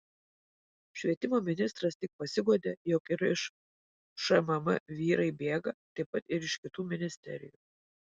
švietimo ministras tik pasiguodė jog ir iš šmm vyrai bėga taip pat ir iš kitų ministerijų